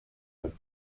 would